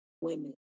women